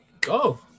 Go